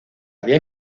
había